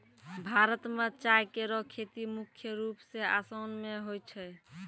भारत म चाय केरो खेती मुख्य रूप सें आसाम मे होय छै